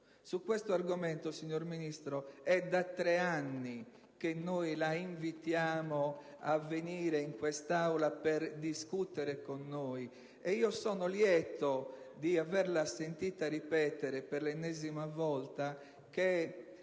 Su questo argomento, signor Ministro, sono tre anni che la invitiamo a venire in quest'Aula per discutere con noi, e io sono lieto di averla sentita ripetere per l'ennesima volta che